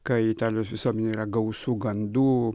kai italijos visuomenėj yra gausu gandų